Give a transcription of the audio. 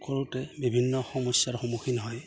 কৰোঁতে বিভিন্ন সমস্যাৰ সন্মুখীন হয়